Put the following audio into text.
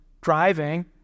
driving